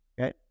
okay